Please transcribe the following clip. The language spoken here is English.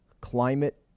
climate